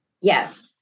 Yes